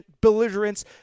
belligerence